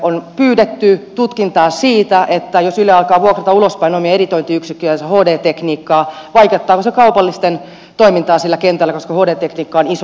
on pyydetty tutkintaa siitä jos yle alkaa vuokrata ulospäin omien editointiyksikköjensä hd tekniikkaa vaikeuttaako se kaupallisten toimintaa sillä kentällä koska hd tekniikka on iso investointi kaikille